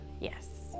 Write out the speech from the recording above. Yes